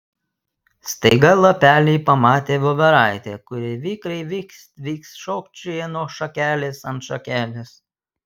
staiga lapeliai pamatė voveraitę kuri vikriai vikst vikst šokčioja nuo šakelės ant šakelės